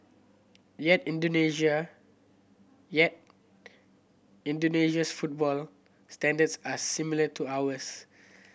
yet Indonesia yet Indonesia's football standards are similar to ours